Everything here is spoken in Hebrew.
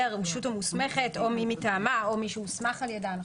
הרשות המוסמכת או מי מטעמה או מי שהוסמך על ידה.